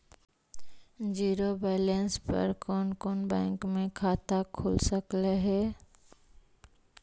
Zero balance पर कोन कोन बैंक में खाता खुल सकले हे?